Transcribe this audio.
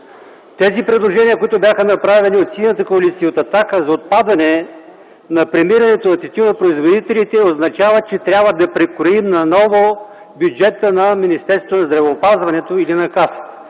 тези предложения, които бяха направени от Синята коалиция и от „Атака” за отпадане премирането на тютюнопроизводителите означава, че трябва да прекроим наново бюджета на Министерството на здравеопазването или на Касата.